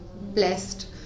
blessed